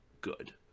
good